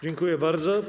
Dziękuję bardzo.